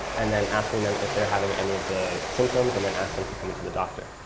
and then asking them if they're having any of the symptoms, and then ask them to come in to the doctor.